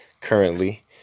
currently